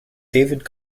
david